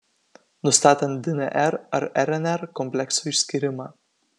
nustatant dnr ar rnr kompleksų išskyrimą